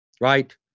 right